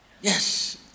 yes